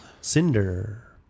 cinder